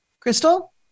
Crystal